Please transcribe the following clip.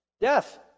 Death